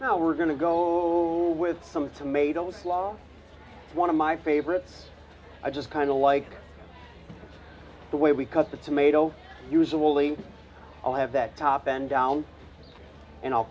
now we're going to go with some tomatoes lo one of my favorites i just kind of like the way we cut the tomato usually i'll have that top end down and i'll